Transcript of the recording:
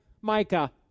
Micah